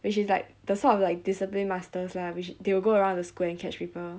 which is like the sort of like discipline masters lah which they will go around the school and catch people